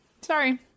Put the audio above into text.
Sorry